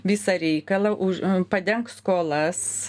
visą reikalą už padenk skolas